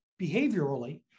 behaviorally